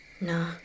No